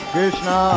Krishna